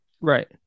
Right